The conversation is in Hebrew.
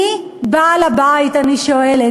מי בעל-הבית, אני שואלת.